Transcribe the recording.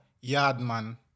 Yardman